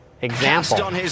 Example